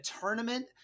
tournament